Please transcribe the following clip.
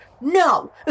no